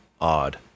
odd